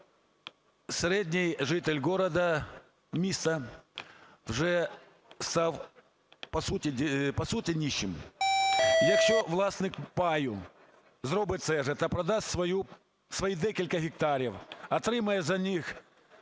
Середній житель міста вже став по суті нищим. Якщо власник паю зробить це та продасть свої декілька гектарів, отримає за них